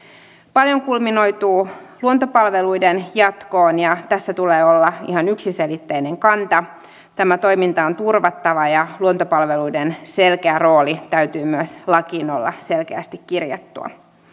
paljon kulminoituu luontopalveluiden jatkoon ja tässä tulee olla ihan yksiselitteinen kanta tämä toiminta on turvattava ja luontopalveluiden selkeän roolin täytyy myös lakiin olla selkeästi